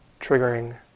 triggering